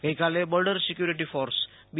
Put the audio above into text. ગઈકાલે Border Security Force બી